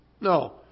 No